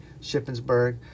Shippensburg